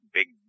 big